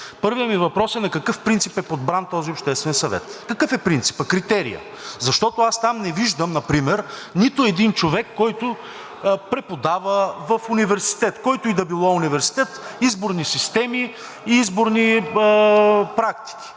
Първият ми въпрос е на какъв принцип е подбран този обществен съвет, какъв е принципът, критерият? Защото там аз не виждам например нито един човек, който преподава в университет, който и да е било университет – изборни системи, и изборни практики,